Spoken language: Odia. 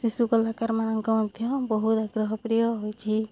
ଶିଶୁ କଳାକାରମାନଙ୍କ ମଧ୍ୟ ବହୁତ ଆଗ୍ରହ ପ୍ରିୟ ହୋଇଛି